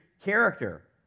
character